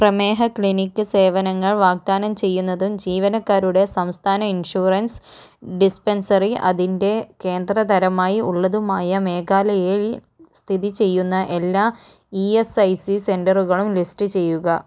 പ്രമേഹ ക്ലിനിക്ക് സേവനങ്ങൾ വാഗ്ദാനം ചെയ്യുന്നതും ജീവനക്കാരുടെ സംസ്ഥാന ഇൻഷുറൻസ് ഡിസ്പെൻസറി അതിൻ്റെ കേന്ദ്ര തരമായി ഉള്ളതുമായ മേഘാലയയിൽ സ്ഥിതി ചെയ്യുന്ന എല്ലാ ഇ എസ് ഐ സി സെൻററുകളും ലിസ്റ്റ് ചെയ്യുക